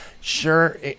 Sure